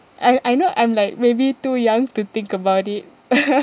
I I know I'm like maybe too young to think about it